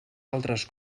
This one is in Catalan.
altres